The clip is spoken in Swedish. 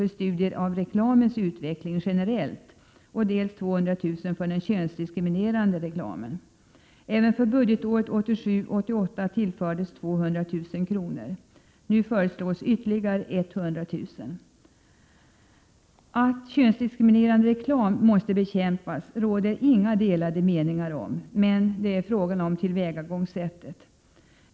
för studier av reklamens utveckling generellt, dels 200 000 kr. för studier av den könsdiskriminerande reklamen. Även för budgetåret 1987/88 tillfördes 200 000 kr., och nu föreslås ytterligare 100 000 kr. Att könsdiskriminerande reklam måste bekämpas råder det inga delade meningar om. Men det är fråga om tillvägagångssättet.